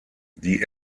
die